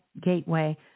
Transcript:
gateway